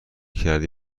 کردی